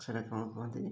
ସେଟା କ'ଣ କୁହନ୍ତି